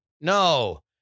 No